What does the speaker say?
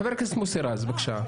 חבר הכנסת מוסי רז, בבקשה.